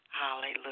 Hallelujah